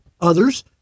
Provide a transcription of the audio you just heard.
Others